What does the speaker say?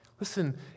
Listen